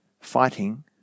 fighting